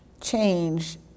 change